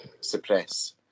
suppress